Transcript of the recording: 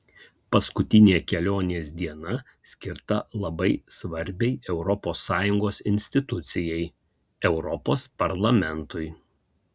paskutinė kelionės diena skirta labai svarbiai europos sąjungos institucijai europos parlamentui